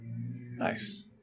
Nice